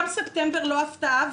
גם ספטמבר לא הפתעה,